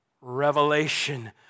revelation